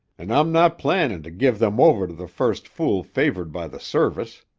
an' i'm not plannin' to give them over to the first fool favored by the service.